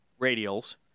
radials